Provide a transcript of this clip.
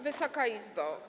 Wysoka Izbo!